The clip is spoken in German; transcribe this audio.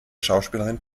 schauspielerin